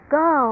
go